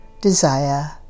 desire